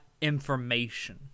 information